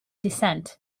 descent